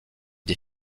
des